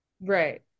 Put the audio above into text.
Right